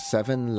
Seven